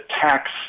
tax